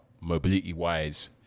Mobility-wise